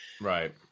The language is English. Right